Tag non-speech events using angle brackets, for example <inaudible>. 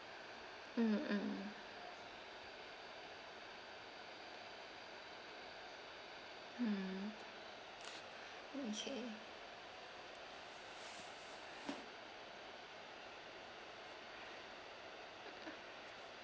mm mm mm <breath> okay